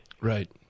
Right